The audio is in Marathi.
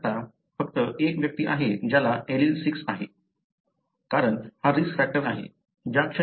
तुम्ही बघू शकता फक्त एक व्यक्ती आहे ज्याला एलील 6 आहे कारण हा रिस्क फॅक्टर आहे